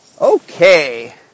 Okay